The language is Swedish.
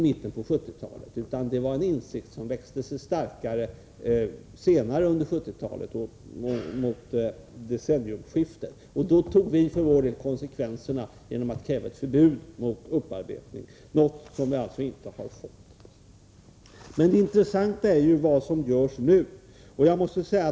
Det var en insikt som växte sig starkare senare under 1970-talet, fram till decennieskiftet. Då tog vi för vår del konsekvenserna genom att kräva ett förbud mot upparbetning, ett förbud som vi alltså inte har fått. Det intressanta är vad som nu görs.